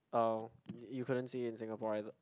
oh you couldn't see it in Singapore either